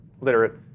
literate